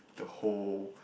the whole